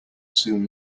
soon